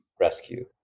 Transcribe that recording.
rescue